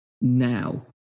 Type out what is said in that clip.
now